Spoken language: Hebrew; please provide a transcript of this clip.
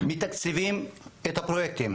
מתקצבים את הפרויקטים,